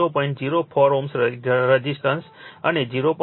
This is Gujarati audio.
04 Ω રઝિસ્ટન્સ અને 0